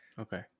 Okay